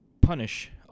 punish